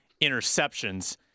interceptions